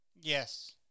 Yes